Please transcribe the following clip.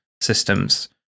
systems